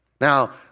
Now